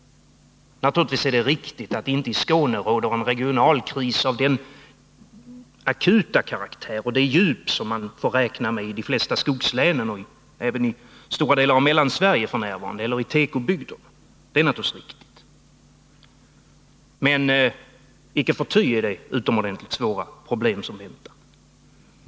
Naturligtvis är det riktigt att det i Skåne inte råder en regional kris av den akuta karaktär och det djup som man f.n. får räkna med i de flesta skogslänen, i stora delar av Mellansverige och i tekobygderna. Men icke förty är det utomordentligt svåra problem som väntar på sin lösning.